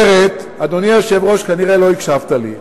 אדוני היושב-ראש, כנראה לא הקשבת לי.